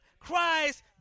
Christ